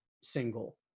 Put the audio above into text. single